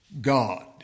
God